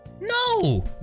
no